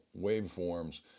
waveforms